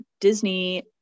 Disney